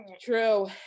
true